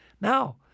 now